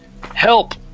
Help